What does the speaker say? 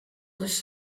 this